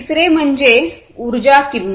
तिसरे म्हणजे उर्जा किंमत